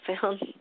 found